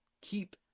keep